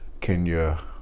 Kenya